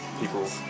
people